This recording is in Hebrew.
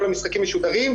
כל המשחקים משודרים,